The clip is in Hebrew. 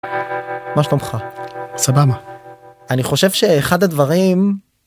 מה שלומך סבבה אני חושב שאחד הדברים.